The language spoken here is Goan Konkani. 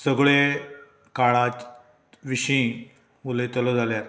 सगळे काळा विशीं उलयतलो जाल्यार